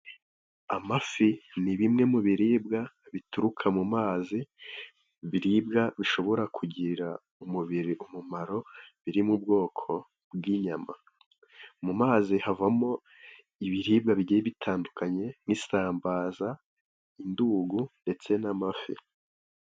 Amafi ni bimwe mu biribwa bituruka mu mazi biribwa, bishobora kugirira umubiri umumaro, biri mu bwoko bw'inyama. Mu mazi havamo ibiribwa bibiri bitandukanye, nk'isambaza, indugu, ndetse n'amafi.